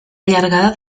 llargada